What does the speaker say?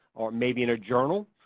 maybe in a journal,